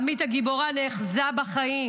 עמית הגיבורה נאחזה בחיים.